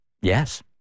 yes